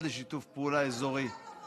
רגע, שנייה.